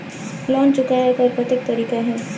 Loan चुकाय कर कतेक तरीका है?